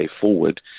forward